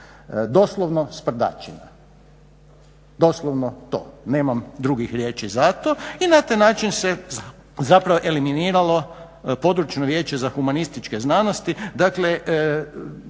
Doslovno sprdačina. Doslovno to, nemam drugih riječi za to i na taj način zapravo eliminiralo Područno vijeće za humanističke znanosti,